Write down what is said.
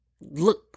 look